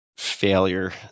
failure